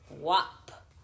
WAP